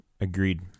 Agreed